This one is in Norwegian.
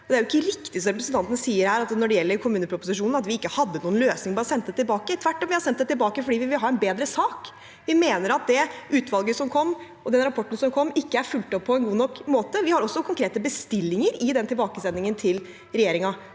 kommuneproposisjonen, som representanten sier her, at vi ikke hadde noen løsning og bare sendte den tilbake. Tvert om: Vi har sendt den tilbake fordi vi vil ha en bedre sak. Vi mener at det utvalget som kom, og den rapporten som kom, ikke er fulgt opp på en god nok måte. Vi har også konkrete bestillinger i den tilbakesendingen til regjeringen